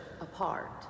apart